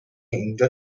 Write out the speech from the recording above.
اینجا